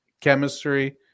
chemistry